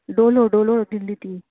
Dolo डोलो दिल्ली ती